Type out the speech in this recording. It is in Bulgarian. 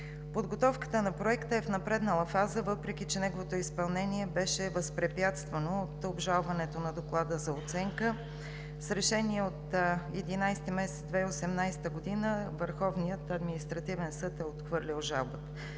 Подготовката на Проекта е в напреднала фаза, въпреки че неговото изпълнение беше възпрепятствано от обжалването на Доклада за оценка. С Решение от месец ноември 2018 г. Върховният административен съд е отхвърлил жалбата,